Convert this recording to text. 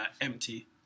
empty